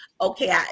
okay